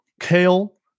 kale